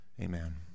amen